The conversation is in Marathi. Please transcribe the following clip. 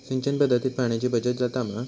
सिंचन पध्दतीत पाणयाची बचत जाता मा?